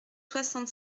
soixante